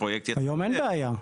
היום אין בעיה.